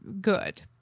good